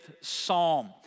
Psalm